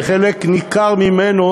וחלק ניכר ממנו,